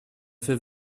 fait